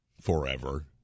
forever